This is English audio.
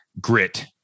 grit